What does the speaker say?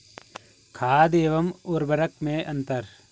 खाद एवं उर्वरक में अंतर?